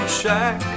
shack